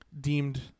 deemed